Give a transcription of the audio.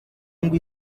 ngo